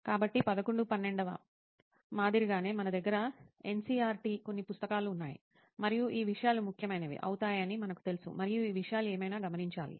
కాబట్టి 11 12 వ మాదిరిగానే మన దగ్గర ఎన్సిఇఆర్టి కొన్ని పుస్తకాలు ఉన్నాయి మరియు ఈ విషయాలు ముఖ్యమైనవి అవుతాయని మనకు తెలుసు మరియు ఈ విషయాలు ఏమైనా గమనించాలి